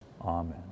amen